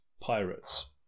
pirates